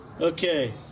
Okay